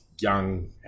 young